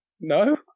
no